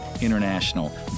International